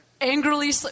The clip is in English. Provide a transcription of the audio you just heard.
Angrily